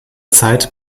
zeit